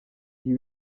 ibi